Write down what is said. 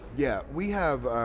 yeah we have